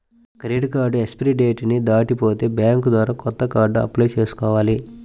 credit card expiry date ని దాటిపోతే bank ద్వారా కొత్త కార్డుకి అప్లై చేసుకోవాలి